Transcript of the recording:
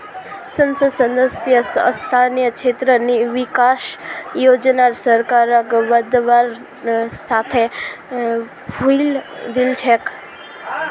संसद सदस्य स्थानीय क्षेत्र विकास योजनार सरकारक बदलवार साथे भुलई दिल छेक